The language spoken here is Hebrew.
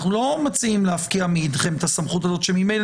אנחנו לא מציעים להפקיע מידיכם את הסמכות הזאת שממילא